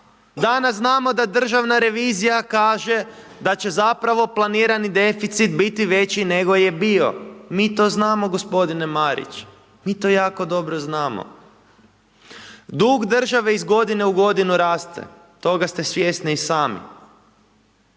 danas znamo da državna revizija kaže da će zapravo planirani deficit biti veći nego je bio, mi to znamo gospodine Marić, mi to jako dobro znamo. Dug države iz godine u godinu raste, toga ste svjesni i sami.